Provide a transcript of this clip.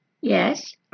Yes